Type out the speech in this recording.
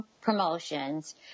promotions